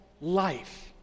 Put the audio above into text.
life